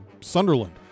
Sunderland